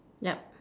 yup